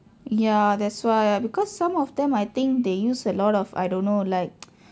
ya that's why ah because some of them I think they use a lot of I don't know like